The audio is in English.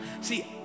See